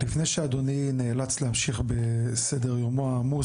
לפני שאדוני נאלץ להמשיך בסדר יומו העמוס